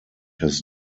his